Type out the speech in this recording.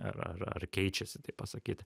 ar ar ar keičiasi taip pasakyt